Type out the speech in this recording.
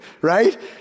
right